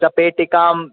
चपेटीकाम्